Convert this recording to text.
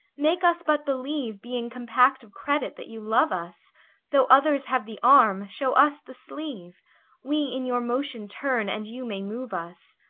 make us but believe, being compact of credit, that you love us though others have the arm, show us the sleeve we in your motion turn, and you may move us.